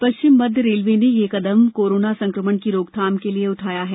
पश्चिम मध्य रेलवे ने यह कदम कोरोना संक्रमण की रोकथाम के लिए उठाया है